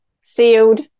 sealed